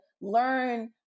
learn